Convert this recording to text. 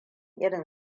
irin